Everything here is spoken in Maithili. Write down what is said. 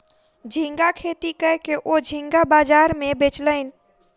झींगा खेती कय के ओ झींगा बाजार में बेचलैन